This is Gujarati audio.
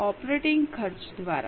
ઓપરેટિંગ ખર્ચ દ્વારા